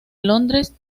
londres